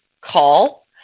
call